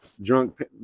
drunk